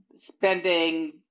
spending